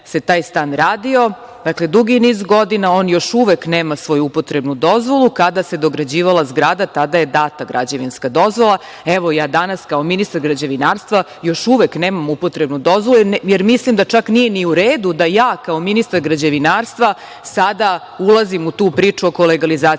taj stan se radio, dugi niz godina, on još uvek nema svoju upotrebnu dozvolu, kada se dograđivala zgrada tada je data građevinska dozvola, a ja danas kao ministar građevinarstva još uvek nemam upotrebnu dozvolu, jer mislim da čak nije ni u redu da ja kao ministar građevinarstva sada ulazim u tu priču oko legalizacije